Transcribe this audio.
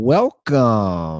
Welcome